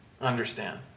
understand